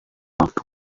waktu